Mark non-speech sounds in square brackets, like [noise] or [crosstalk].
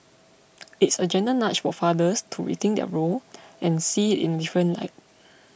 [noise] it's a gentle nudge for fathers to rethink their role and see it in a different light